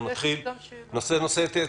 יוליה מלינובסקי,